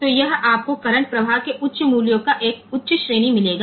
તેથી આ current flow ના ઉચ્ચ મૂલ્યની ઉચ્ચ શ્રેણી પ્રાપ્ત કરશે